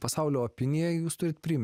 pasaulio opinija jūs turit priimt